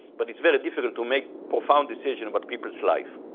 but it's very difficult to make profound decision about people's life.